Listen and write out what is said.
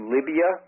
Libya